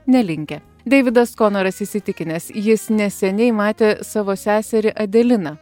nelinkę deividas konoras įsitikinęs jis neseniai matė savo seserį adeliną